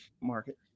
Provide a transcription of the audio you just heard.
market